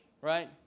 right